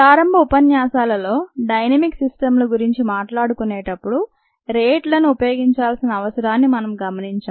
ప్రారంభ ఉపన్యాసాలలో dynamic system ల గురించి మాట్లాడుకునేటప్పడు రేట్లను ఉపయోగించాల్సిన అవసరాన్ని మనము గమనించాం